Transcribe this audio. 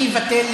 אני אבטל,